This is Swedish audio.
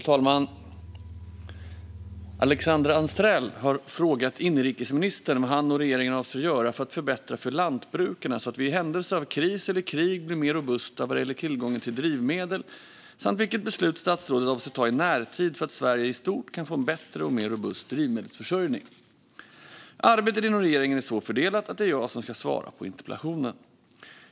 Fru talman! Alexandra Anstrell har frågat inrikesministern vad han och regeringen avser att göra för att förbättra för lantbrukarna så att vi i händelse av kris eller krig blir mer robusta vad gäller tillgången till drivmedel, samt vilka beslut statsrådet avser att ta i närtid för att Sverige i stort ska kunna få en bättre och mer robust drivmedelsförsörjning. Arbetet inom regeringen är så fördelat att det är jag som ska svara på interpellationen.